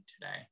today